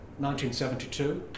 1972